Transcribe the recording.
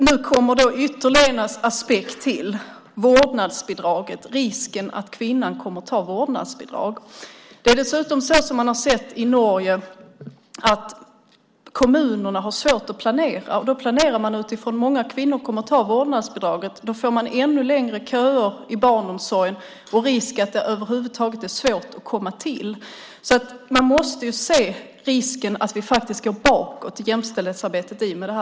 Nu kommer det till ytterligare en aspekt: risken att kvinnan kommer att ta vårdnadsbidrag. I Norge har man dessutom sett att kommunerna har svårt att planera. Man planerar utifrån att många kvinnor kommer att ta vårdnadsbidraget, och då får man ännu längre köer i barnomsorgen och risk för att det över huvud taget är svårt att komma till. Man måste se risken att vi faktiskt går bakåt i jämställdhetsarbetet i och med detta.